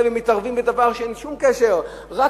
ומתערבים בדבר שאין להם שום קשר אליו,